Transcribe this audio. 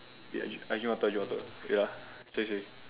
ya drink I drink water drinker wait ah sorry sorry